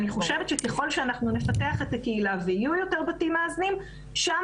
אני חושבת שככל שאנחנו נפתח את הקהילה ויהיו יותר בתים מאזנים - שם